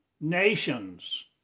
Nations